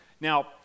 Now